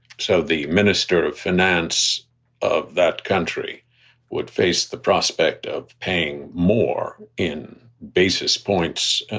so the minister of finance of that country would face the prospect of paying more in basis points